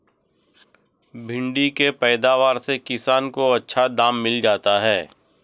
भिण्डी के पैदावार से किसान को अच्छा दाम मिल जाता है